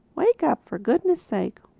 wake up, for goodness' sake!